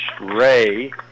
Ray